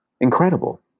Incredible